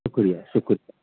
शुक्रिया शुक्रिया